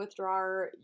withdrawer